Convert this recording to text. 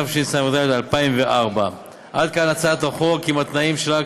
התשס"ד 2004. עד כאן הצעת החוק עם התנאים שלה,